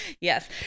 Yes